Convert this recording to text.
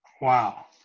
Wow